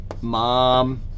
mom